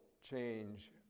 change